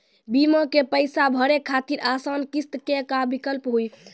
बीमा के पैसा भरे खातिर आसान किस्त के का विकल्प हुई?